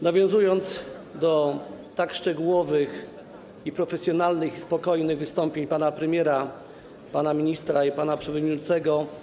Nawiązując do tak szczegółowych i profesjonalnych, spokojnych wystąpień pana premiera, pana ministra i pana przewodniczącego.